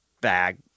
bag